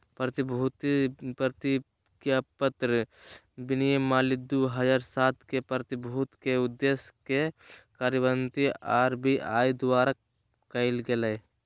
प्रतिभूति प्रतिज्ञापत्र विनियमावली दू हज़ार सात के, प्रतिभूति के उद्देश्य के कार्यान्वित आर.बी.आई द्वारा कायल गेलय